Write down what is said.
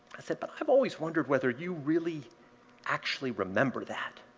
i said, but i've always wondered whether you really actually remember that.